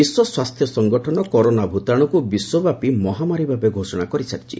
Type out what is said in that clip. ବିଶ୍ୱ ସ୍ୱାସ୍ଥ୍ୟ ସଙ୍ଗଠନ କରୋନା ଭୂତାଣୁକୁ ବିଶ୍ୱବ୍ୟାପୀ ମହାମାରୀ ଭାବେ ଘୋଷଣା କରିସାରିଛି